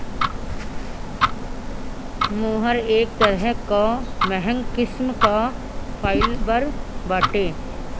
मोहेर एक तरह कअ महंग किस्म कअ फाइबर बाटे